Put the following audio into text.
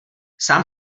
sám